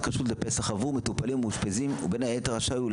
כשרות לפסח עבור מטופלים ומאושפזים ובין היתר רשאי הוא,